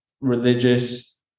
religious